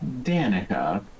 Danica